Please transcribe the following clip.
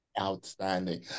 Outstanding